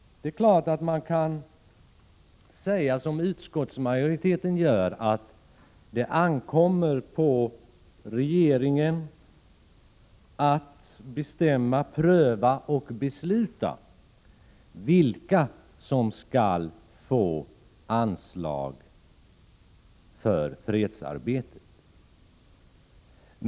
Det är klart att man kan säga som utskottsmajoriteten gör, att det ankommer på regeringen att bestämma, pröva och besluta vilka som skall få anslag för fredsarbetet.